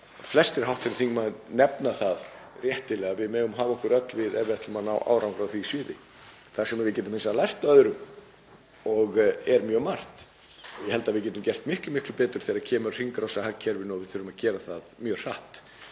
flestir hv. þingmenn nefna það réttilega að við megum hafa okkur öll við ef við ætlum að ná árangri á því sviði. Það sem við getum lært af öðrum er mjög margt og ég held að við getum gert miklu betur þegar kemur að hringrásarhagkerfinu og við þurfum að gera það mjög hratt.